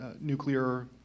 nuclear